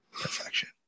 perfection